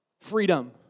Freedom